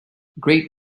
great